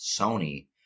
Sony